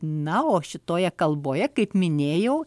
na o šitoje kalboje kaip minėjau